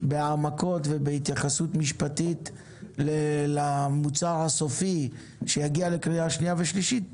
בהעמקות ובהתייחסות משפטית למוצר הסופי שיגיע לקריאה שנייה ושלישית